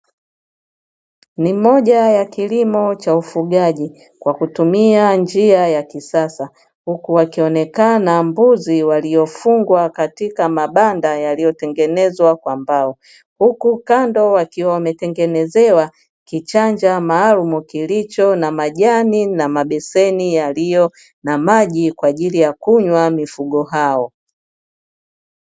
Ni moja ya kilimo cha ufugaji kwa kutumia njia ya kisasa huku wakionekana mbuzi wamefungwa katika mabanda yaliyotengenezwa kwa mbao, huku kando wakiwa wametengenezewa kichanja maalumu kilicho na majani na mabeseni yaliyo na maji kwa ajili ya kunywa mifugo hao.